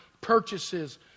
purchases